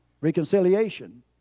Reconciliation